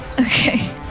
Okay